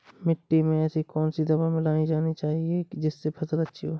मिट्टी में ऐसी कौन सी दवा मिलाई जानी चाहिए जिससे फसल अच्छी हो?